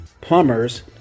plumbers